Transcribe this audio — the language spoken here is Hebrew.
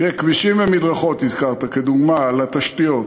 תראה, הזכרת כבישים ומדרכות כדוגמה לתשתיות.